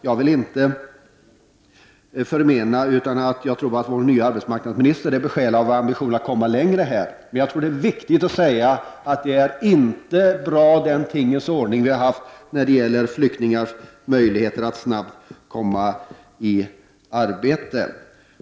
Jag vill inte förmena annat än att vår nya arbetsmarknadsminister är besjälad av ambitionen att komma längre, men jag tror att det är viktigt att säga att det inte är bra med en sådan tingens ordning som vi haft beträffande flyktingars möjligheter att snabbt komma i arbete.